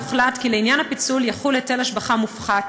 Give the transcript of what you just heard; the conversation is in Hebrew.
הוחלט כי לעניין הפיצול יחול היטל השבחה מופחת,